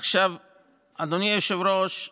אדוני היושב-ראש,